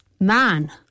man